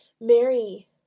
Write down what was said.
mary